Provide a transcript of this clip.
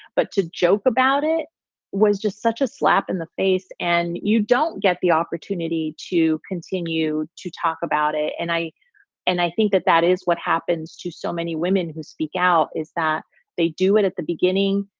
but to joke about it was just such a slap in the face and you don't get the opportunity to continue to talk about it. and i and i think that that is what happens to so many women who speak out, is that they do it at the beginning.